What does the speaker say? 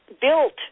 built